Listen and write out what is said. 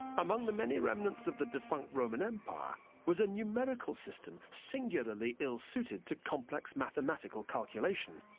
among the many remnants of the defunct roman empire was a numerical system singularly ill-suited to complex mathematical calculation,